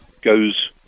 goes